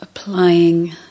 Applying